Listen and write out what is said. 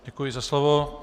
Děkuji za slovo.